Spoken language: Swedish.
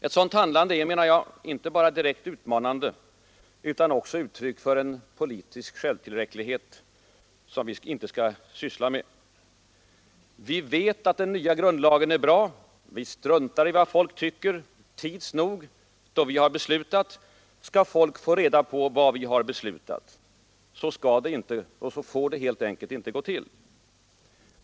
Ett sådant handlande är, menar jag, inte bara direkt utmanande utan också uttryck för en politisk självtillräcklighet som vi inte skall ägna oss åt. ”Vi vet att den nya grundlagen är bra. Vi struntar i vad folk tycker. Tids nog — då vi har beslutat — skall folk få reda på vad vi har beslutat.” Så skall det inte, så får det helt enkelt inte gå till.